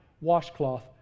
washcloth